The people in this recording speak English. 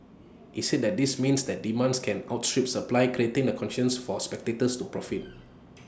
he said that this means that demands can outstrip supply creating the conditions for speculators to profit